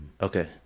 Okay